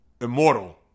immortal